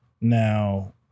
now